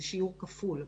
זה שיעור כפול,